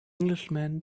englishman